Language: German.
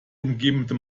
umgebende